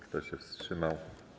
Kto się wstrzymał?